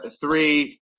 three